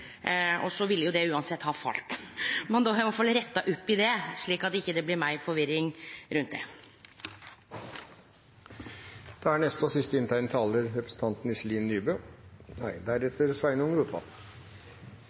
Det ville uansett ha falle, men då har eg iallfall retta opp i det, slik at ikkje det blir meir forvirring rundt